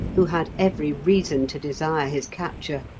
who had every reason to desire his capture.